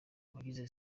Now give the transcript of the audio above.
abagize